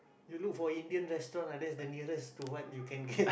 you look for Indian restaurant ah that's the nearest to what you can get